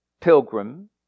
pilgrim